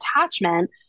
attachment